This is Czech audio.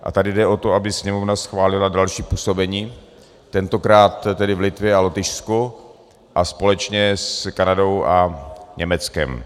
A tady jde o to, aby Sněmovna schválila další působení, tentokrát v Litvě a Lotyšsku a společně s Kanadou a Německem.